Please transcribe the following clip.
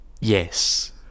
Yes